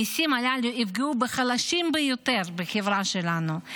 המיסים הללו יפגעו בחלשים ביותר בחברה שלנו,